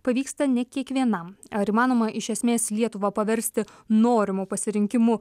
pavyksta ne kiekvienam ar įmanoma iš esmės lietuvą paversti norimu pasirinkimu